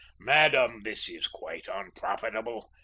madam, this is quite unprofitable.